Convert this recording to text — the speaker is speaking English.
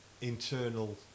internal